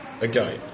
again